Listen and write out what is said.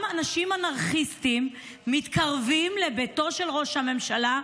אנשים אנרכיסטיים מתקרבים לביתו של ראש הממשלה,